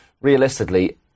realistically